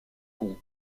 groupes